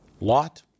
Lot